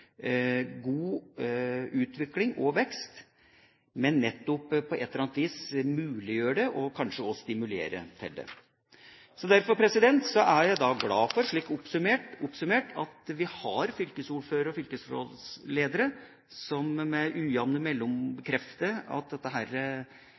god utvikling og vekst, men nettopp på et eller annet vis muliggjør det, og kanskje også stimulerer til det. Derfor er jeg glad for, slik oppsummert, at vi har fylkesordførere og fylkesrådsledere som med ujamne